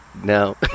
No